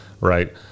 right